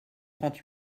trente